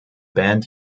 band